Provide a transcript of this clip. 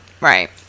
right